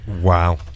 Wow